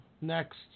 next